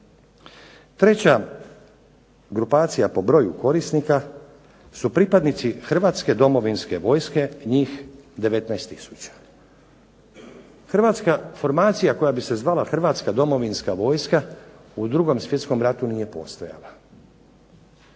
Treća grupacija po broju korisnika su pripadnici Hrvatske domovinske vojske njih 19 tisuća. Hrvatska formacija koja bi se zvala hrvatska domovinska vojska u 2. svjetskom ratu nije postojala.